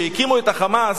שהקימו את ה"חמאס",